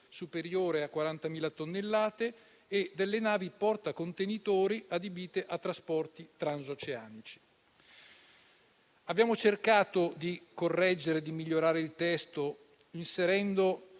superiore a 40.000 tonnellate e dalle navi portacontenitori adibite a trasporti transoceanici». Abbiamo cercato di correggere e di migliorare il testo, inserendo